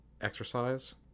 exercise